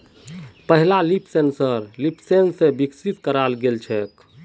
पहला leaf sensor leafsense स विकसित कराल गेल छेक